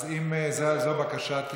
אז אם זו הבקשה,